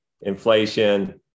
inflation